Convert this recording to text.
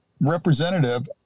representative